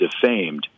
defamed